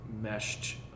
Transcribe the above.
meshed